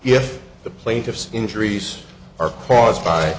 if the plaintiff's injuries are caused by